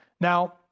now